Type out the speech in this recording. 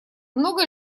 много